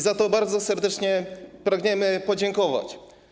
Za to bardzo serdecznie pragniemy podziękować.